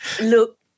Look